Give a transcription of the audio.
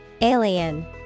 Alien